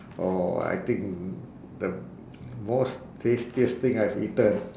uh I think the most tastiest thing I have eaten